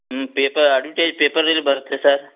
ಹ್ಞೂ ಪೇಪರ್ ಅಡುಟೆಜ್ ಪೇಪರ್ ಅಲ್ಲಿ ಬರುತ್ತೆ ಸರ್